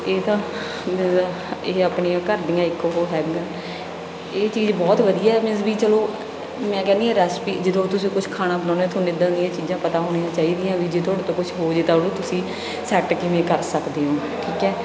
ਇਹ ਤਾਂ ਆਪਣੀਆਂ ਘਰ ਦੀਆਂ ਇਕ ਉਹ ਹੈਗ ਇਹ ਚੀਜ਼ ਬਹੁਤ ਵਧੀਆ ਹੈ ਮੀਨਸ ਵੀ ਚਲੋ ਮੈਂ ਕਹਿੰਦੀ ਹਾਂ ਰੈਸਪੀ ਜਦੋਂ ਤੁਸੀਂ ਕੁਛ ਖਾਣਾ ਬਣਾਉਂਦੇ ਤੁਹਾਨੂੰ ਇੱਦਾਂ ਦੀਆਂ ਚੀਜ਼ਾਂ ਪਤਾ ਹੋਣੀਆਂ ਚਾਹੀਦੀਆਂ ਵੀ ਜਦੋਂ ਤੁਹਾਦੇ ਤੋਂ ਕੁਛ ਹੋ ਜੇ ਤਾਂ ਉਹਨੂੰ ਤੁਸੀਂ ਸੈੱਟ ਕਿਵੇਂ ਕਰ ਸਕਦੇ ਓਂ ਠੀਕ ਹੈ